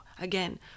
again